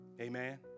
Amen